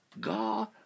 God